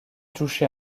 touché